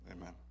Amen